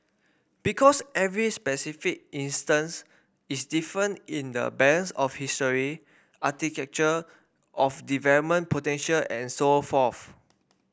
because every specific instance is different in the balance of history architecture of development potential and so forth